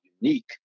unique